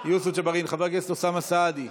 יוסף ג'בארין, חבר הכנסת אוסאמה סעדי,